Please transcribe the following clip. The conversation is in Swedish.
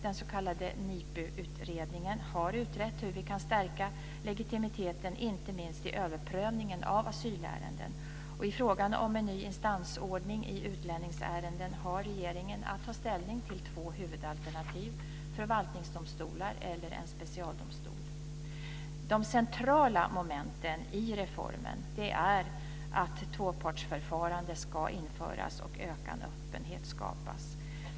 Den s.k. NIPU-utredningen har utrett hur vi kan stärka legitimiteten inte minst i överprövningen av asylärenden. I fråga om en ny instansordning i utlänningsärenden har regeringen att ta ställning till två huvudalternativ, nämligen förvaltningsdomstolar eller en specialdomstol. De centrala momenten i reformen är att tvåpartsförfarande ska införas och ökad öppenhet skapas.